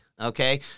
okay